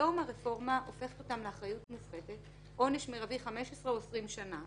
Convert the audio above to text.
היום הרפורמה הופכת אותן לאחריות מופחתת עונש מרבי 15 או 20 שנים,